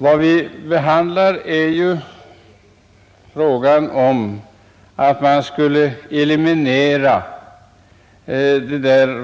Vad vi nu behandlar är frågan om att eliminera